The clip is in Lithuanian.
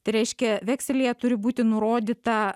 tai reiškia vekselyje turi būti nurodyta